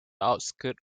outskirts